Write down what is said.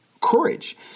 courage